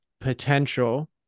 potential